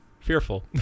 fearful